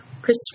Chris